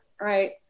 right